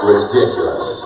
Ridiculous